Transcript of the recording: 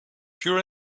pure